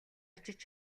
очиж